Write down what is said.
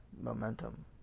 momentum